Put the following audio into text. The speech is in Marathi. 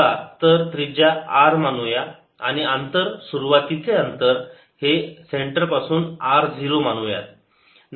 चला तर त्रिज्या R मानूया आणि अंतर सुरुवातीचे अंतर हे सेंटरपासून r 0 मानू यात